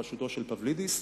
בראשותו של פבלידיס.